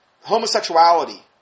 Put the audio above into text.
homosexuality